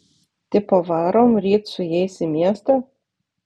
tipo varom ryt su jais į miestą